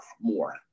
more